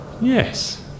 Yes